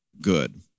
good